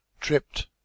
tripped